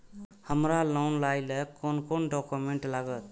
हमरा लोन लाइले कोन कोन डॉक्यूमेंट लागत?